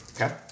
Okay